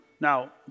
Now